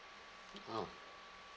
oh